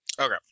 Okay